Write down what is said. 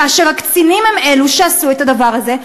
כאשר הקצינים הם אלו שעשו את הדבר הזה,